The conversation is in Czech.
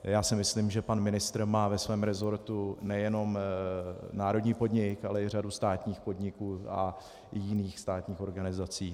Já si myslím, že pan ministr má ve svém rezortu nejenom národní podnik, ale i řadu státních podniků a i jiných státních organizací.